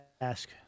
ask